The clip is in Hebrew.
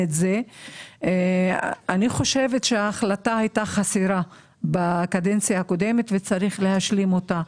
אני חושבת שההחלטה הייתה חסרה בקדנציה הקודמת ויש להשלים אותה.